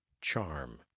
charm